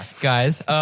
guys